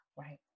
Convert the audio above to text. Right